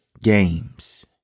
Games